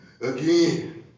again